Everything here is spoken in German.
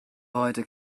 heute